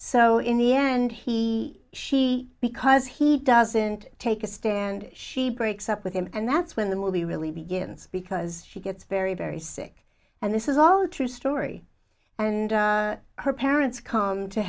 so in the end he she because he doesn't take a stand she breaks up with him and that's when the movie really begins because she gets very very sick and this is all true story and her parents come to